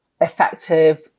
effective